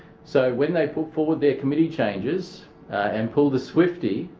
so when they put forward their committee changes and pulled a swifty